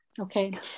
okay